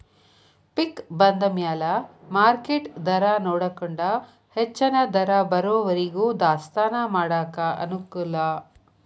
ಪಿಕ್ ಬಂದಮ್ಯಾಲ ಮಾರ್ಕೆಟ್ ದರಾನೊಡಕೊಂಡ ಹೆಚ್ಚನ ದರ ಬರುವರಿಗೂ ದಾಸ್ತಾನಾ ಮಾಡಾಕ ಅನಕೂಲ